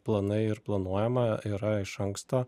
planai ir planuojama yra iš anksto